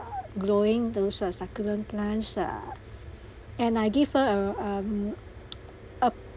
growing those ah succulent plants ah and I give her uh um ugh